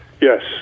Yes